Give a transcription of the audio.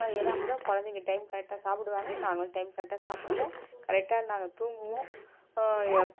ஏன்னா அப்படிதான் குழந்தைங்க டைம் கரெக்ட்டாக சாப்பிடுவாங்க நாங்களும் டைம் கரெக்ட்டாக சாப்பிடுவோம் கரெக்ட்டாக நாங்கள் தூங்குவோம்